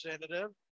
representative